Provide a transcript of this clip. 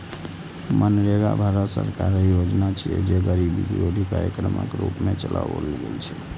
मनरेगा भारत सरकारक योजना छियै, जे गरीबी विरोधी कार्यक्रमक रूप मे चलाओल गेल रहै